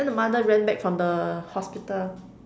then the mother went back from the hospital